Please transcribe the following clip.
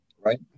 Right